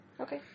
Okay